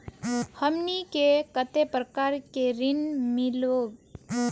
हमनी के कते प्रकार के ऋण मीलोब?